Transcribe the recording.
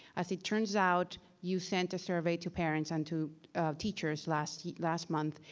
as it turns out, you sent a survey to parents and to teachers last last month,